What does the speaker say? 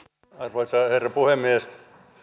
arvoisa herra puhemies